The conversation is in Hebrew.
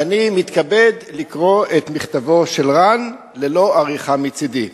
ואני מתכבד לקרוא את מכתבו של רן ללא עריכה מצדי: